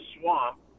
swamp